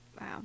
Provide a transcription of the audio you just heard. Wow